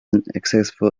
unsuccessful